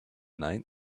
night